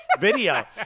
video